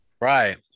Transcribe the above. right